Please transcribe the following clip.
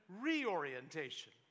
reorientation